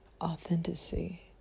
authenticity